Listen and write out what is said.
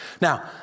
Now